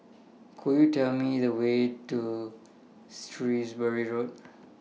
Could YOU Tell Me The Way to Shrewsbury Road